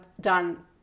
done